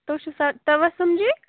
تُہۍ چھُو سا تبسُم جی